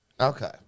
okay